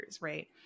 Right